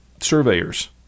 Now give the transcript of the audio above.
surveyors